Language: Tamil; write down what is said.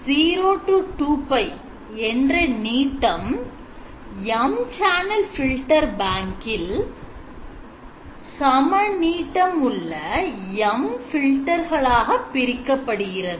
0 to 2 π என்ற நீட்டம் M channel filter bank எல் சம நீட்டம் உள்ள M filter களாக பிரிக்கப்படுகிறது